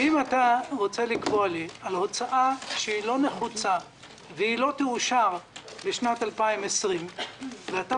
אם אתה רוצה לקבוע לי הוצאה לא נחוצה שלא תאושר בשנת 2020 ואתה